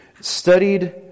studied